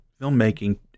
filmmaking